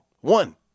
one